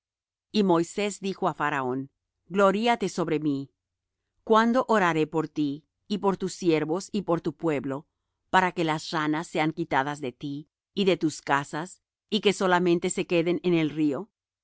y dijo moisés á faraón gloríate sobre mí cuándo oraré por ti y por tus siervos y por tu pueblo para que las ranas sean quitadas de ti y de tus casas y que solamente se queden en el río